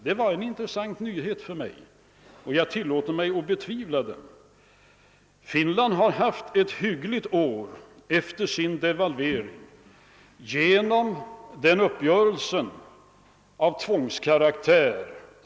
Det var en intressant nyhet, men jag tillåter mig att betvivla att den är riktig. Finland har haft ett bra år efter den devalvering det tvingades företa.